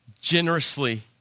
generously